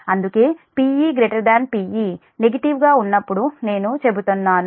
అందుకే Pi Pe నెగటివ్గా ఉన్నప్పుడు నేను చెబుతున్నాను